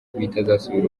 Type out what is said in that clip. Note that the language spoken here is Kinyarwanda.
bitazasubira